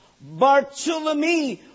Bartholomew